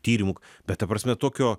tyrimų bet ta prasme tokio